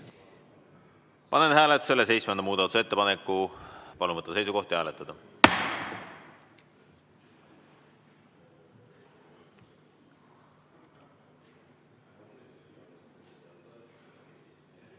Panen hääletusele seitsmenda muudatusettepaneku. Palun võtta seisukoht ja hääletada!